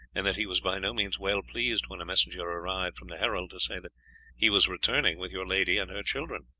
and that he was by no means well pleased when a messenger arrived from the herald to say that he was returning with your lady and her children.